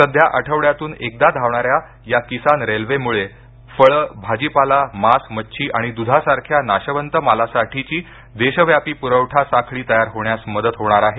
सध्या आठवड्यातून एकदा धावणाऱ्या या किसान रेल्वेम्ळ फळं भाजीपाला मांस मच्छी आणि द्धासारख्या नाशवंत मालासाठीची देशव्यापी प्रवठा साखळी तयार होण्यास मदत होणार आहे